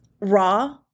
raw